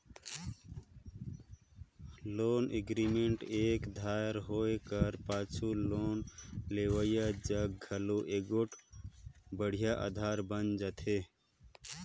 loan agreement एक धाएर होए कर पाछू लोन लेहोइया जग घलो एगोट बड़िहा अधार बइन जाथे